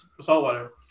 saltwater